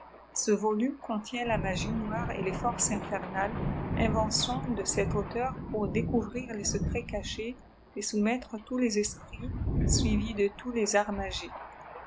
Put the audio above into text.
ce volume contient la magie noire et les forces infernales invention de cet auteur pour découvrir les secrets cachés et soumettre toiis les esprits suivis de tous les arts